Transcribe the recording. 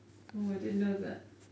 oh I didn't know that